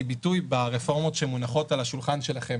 ביטוי ברפורמות שמונחות על השולחן שלכם,